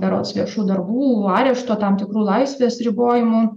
berods viešų darbų arešto tam tikrų laisvės ribojimų